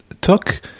took